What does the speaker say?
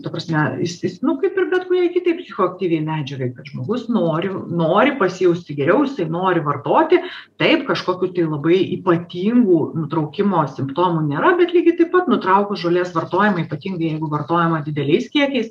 ta prasme jis jis nu kaip ir bet kuriai kitai psichoaktyviai medžiagai kad žmogus nori nori pasijausti geriau jisai nori vartoti taip kažkokių tai labai ypatingų nutraukimo simptomų nėra bet lygiai taip pat nutraukus žolės vartojimą ypatingai jeigu vartojama dideliais kiekiais